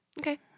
Okay